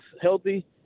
healthy